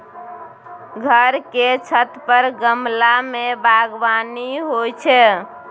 घर के छत पर गमला मे बगबानी होइ छै